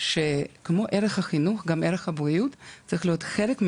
בה ערך הבריאות יהיה כמו ערך החינוך.